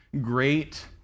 great